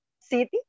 city